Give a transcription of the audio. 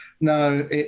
No